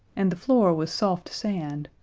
and the floor was soft sand,